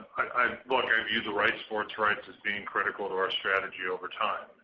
um like i view the right sports rights as being critical to our strategy over time.